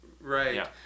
Right